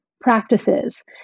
practices